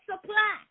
supply